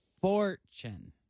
fortune